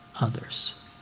others